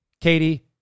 Katie